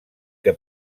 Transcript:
que